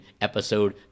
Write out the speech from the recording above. episode